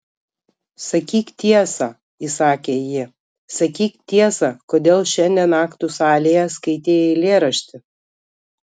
sakyk tiesą įsakė ji sakyk tiesą kodėl šiandien aktų salėje skaitei eilėraštį